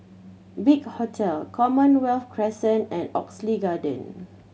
Big Hotel Commonwealth Crescent and Oxley Garden